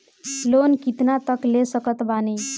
Loan कितना तक ले सकत बानी?